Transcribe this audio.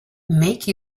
make